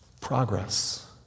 Progress